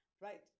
right